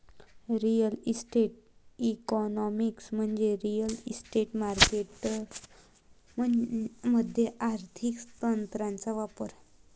real estate economics म्हणजे real estate markets मध्ये आर्थिक तंत्रांचा वापर